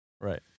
Right